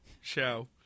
show